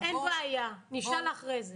אין בעיה, נשאל אחרי זה.